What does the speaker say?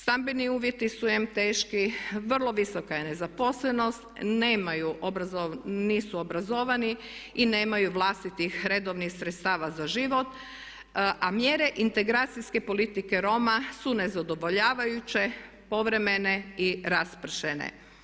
Stambeni uvjeti su em teški, vrlo visoka je nezaposlenost, nemaju, nisu obrazovani i nemaju vlastitih redovnih sredstava za život, a mjere integracijske politike Roma su nezadovoljavajuće, povremene i raspršene.